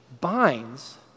binds